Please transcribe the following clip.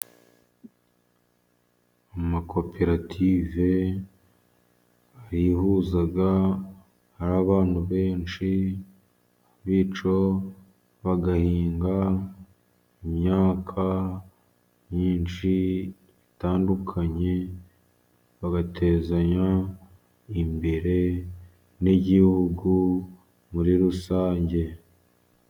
Amakoperative arihuza ari abantu benshi, bityo bagahinga imyaka myinshi itandukanye, bagatezanya imbere n'igihugu muri rusange.